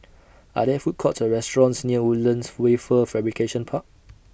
Are There Food Courts Or restaurants near Woodlands Wafer Fabrication Park